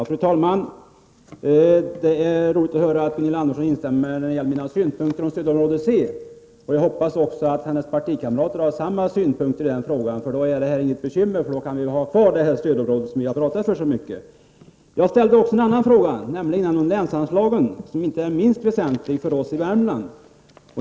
Fru talman! Det är roligt att höra att Gunilla Andersson instämmer i mina synpunkter när det gäller stödområde C. Jag hoppas att även hennes partikamrater har samma uppfattning i denna fråga. Då är det inga bekymmer. Då kan vi ha kvar detta stödområde, som vi har pratat så mycket om. Jag ställde en fråga om länsanslagen, som är väsentliga inte minst för oss i Värmland.